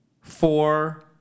four